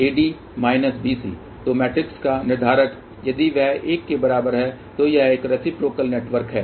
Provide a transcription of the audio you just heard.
AD minus BC तो matrix का निर्धारक यदि वह एक के बराबर है तो यह एक रेसिप्रोकल नेटवर्क है